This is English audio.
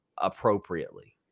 appropriately